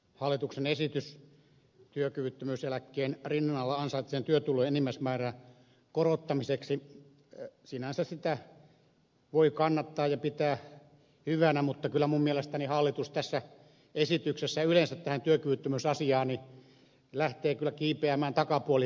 hallituksen esitystä työkyvyttömyyseläkkeen rinnalla ansaittavien työtulojen enimmäismäärän korottamiseksi voi sinänsä kannattaa ja pitää hyvänä mutta kyllä minun mielestäni hallitus tässä esityksessä ja yleensä työkyvyttömyysasiassa lähtee kiipeämään takapuoli edellä puuhun